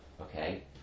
Okay